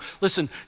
listen